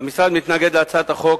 המשרד מתנגד להצעת החוק.